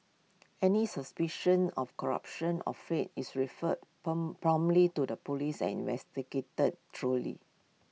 any suspicion of corruption or fade is referred promptly to the Police and investigated truly